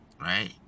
right